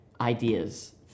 ideas